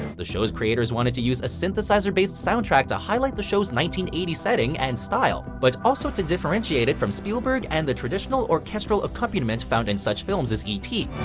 the show's creators wanted to use a synthesizer-based soundtrack to highlight the show's nineteen eighty s setting and style. but also to differentiate it from spielberg and the traditional orchestral accompaniment found in such films as e t.